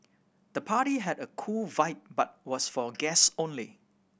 the party had a cool vibe but was for guest only